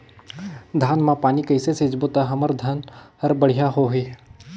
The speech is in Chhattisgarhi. धान मा पानी कइसे सिंचबो ता हमर धन हर बढ़िया होही?